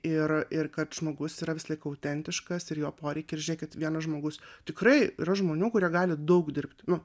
ir ir kad žmogus yra visąlaik autentiškas ir jo poreikis žiūrėkit vienas žmogus tikrai yra žmonių kurie gali daug dirbt nu